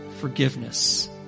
forgiveness